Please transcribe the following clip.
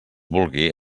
vulgui